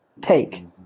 take